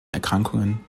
erkrankungen